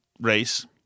race